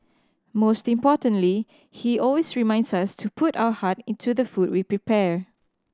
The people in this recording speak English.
most importantly he always reminds us to put our heart into the food we prepare